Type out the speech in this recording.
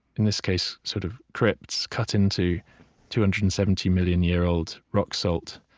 in this case, sort of crypts, cut into two hundred and seventy million-year-old rock salt,